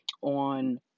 on